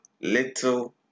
little